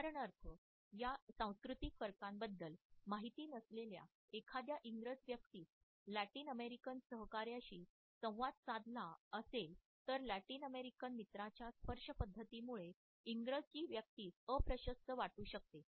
उदाहरणार्थ या सांस्कृतिक फरकां बद्दल माहिती नसलेल्या एखाद्या इंग्रज व्यक्तीस लॅटिन अमेरिकन सहकाऱ्याशी संवाद साधला असेल तर लॅटिन अमेरिकन मित्राच्या स्पर्शपद्धतीमुळे इंग्रजी व्यक्तीस अप्रशस्त वाटू शकते